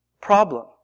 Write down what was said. Problem